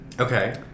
okay